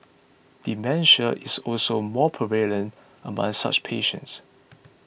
dementia is also more prevalent among such patients